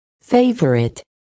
favorite